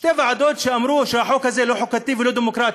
שתי ועדות שאמרו שהחוק הזה לא חוקתי ולא דמוקרטי.